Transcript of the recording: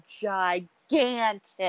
gigantic